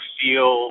feel